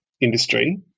industry